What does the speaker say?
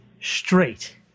straight